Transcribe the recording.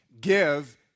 Give